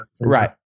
right